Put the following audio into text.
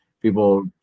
people